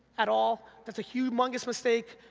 at all, that's a humongous mistake,